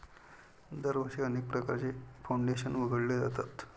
दरवर्षी अनेक प्रकारचे फाउंडेशन उघडले जातात